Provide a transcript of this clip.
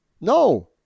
No